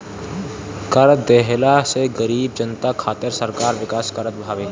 कर देहला से गरीब जनता खातिर सरकार विकास करत हवे